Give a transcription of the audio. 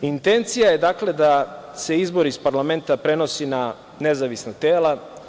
Intencija je da se izbor iz parlamenta prenosi na nezavisna tela.